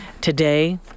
today